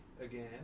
again